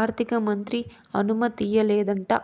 ఆర్థికమంత్రి అనుమతియ్యలేదంట